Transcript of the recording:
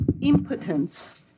impotence